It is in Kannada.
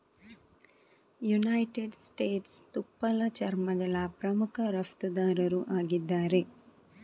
ಯುನೈಟೆಡ್ ಸ್ಟೇಟ್ಸ್ ತುಪ್ಪಳ ಚರ್ಮಗಳ ಪ್ರಮುಖ ರಫ್ತುದಾರರು ಆಗಿದ್ದಾರೆ